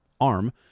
arm